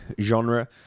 genre